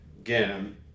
Again